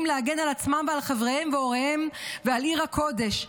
להגן על עצמם ועל חבריהם והוריהם ועל עיר הקודש,